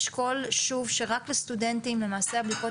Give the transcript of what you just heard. לשקול שוב שרק לסטודנטים למעשה הבדיקות